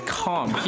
calm